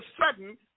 sudden